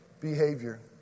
behavior